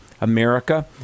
America